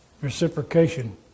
reciprocation